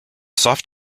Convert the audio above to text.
soft